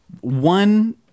One